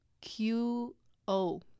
Q-O